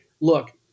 look